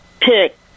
pick